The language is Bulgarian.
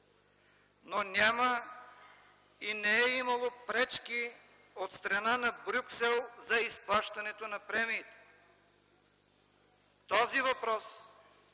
но няма и не е имало пречки от страна на Брюксел за изплащането на премиите. Този въпрос